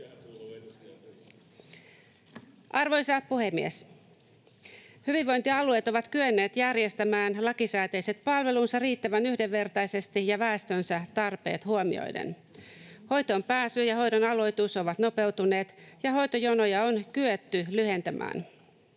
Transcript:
Arvoisa puhemies! Hyvinvointialueet ovat kyenneet järjestämään lakisääteiset palvelunsa riittävän yhdenvertaisesti ja väestönsä tarpeet huomioiden. Hoitoonpääsy ja hoidon aloitus ovat nopeutuneet, ja hoitojonoja on kyetty lyhentämään.